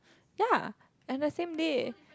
ya at the same day